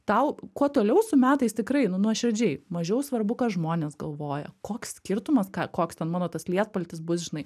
tau kuo toliau su metais tikrai nu nuoširdžiai mažiau svarbu ką žmonės galvoja koks skirtumas ką koks mano tas lietpaltis bus žinai